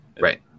Right